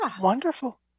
wonderful